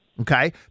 Okay